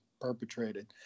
perpetrated